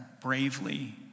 bravely